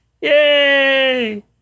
Yay